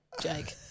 Jake